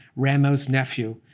rameau's nephew,